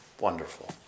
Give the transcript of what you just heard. wonderful